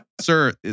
sir